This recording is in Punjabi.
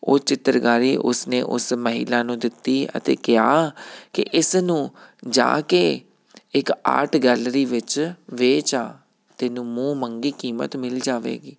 ਉਹ ਚਿੱਤਰਕਾਰੀ ਉਸਨੇ ਉਸ ਮਹਿਲਾ ਨੂੰ ਦਿੱਤੀ ਅਤੇ ਕਿਹਾ ਕਿ ਇਸ ਨੂੰ ਜਾ ਕੇ ਇੱਕ ਆਰਟ ਗੈਲਰੀ ਵਿੱਚ ਵੇਚ ਆ ਤੈਨੂੰ ਮੂੰਹ ਮੰਗੀ ਕੀਮਤ ਮਿਲ ਜਾਵੇਗੀ